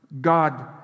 God